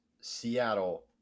Seattle